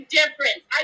difference